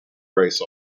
rice